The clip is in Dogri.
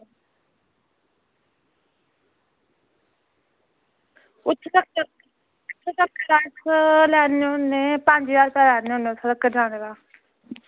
एह् कोई पंज ज्हार रपेआ लैने होने उत्थें तगर जाने दा